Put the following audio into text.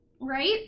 Right